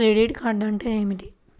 Credit card అంటే ఏమిటి?